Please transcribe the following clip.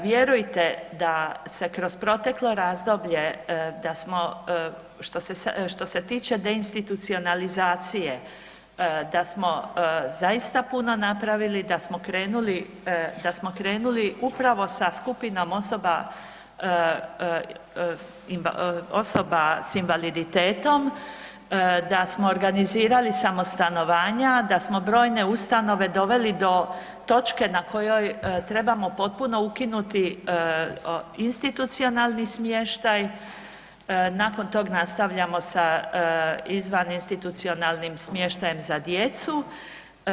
Vjerujte da se kroz proteklo razdoblje da smo što se tiče deinstitucionalizacije, da smo zaista puno napravili, da smo krenuli upravo sa skupinom osoba s invaliditetom da smo organizirali samo stanovanja, da smo brojne ustanove doveli do točke na kojoj trebamo potpuno ukinuti institucionalni smještaj, nakon tog nastavljamo sa izvaninstitucionalnim smještajem za djecu.